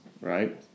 right